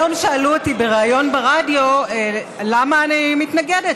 היום שאלו אותי בריאיון ברדיו למה אני מתנגדת,